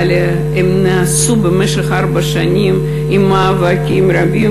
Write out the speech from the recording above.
אבל הם נעשו במשך ארבע שנים עם מאבקים רבים,